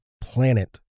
planet